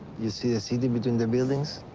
you see a city between the buildings.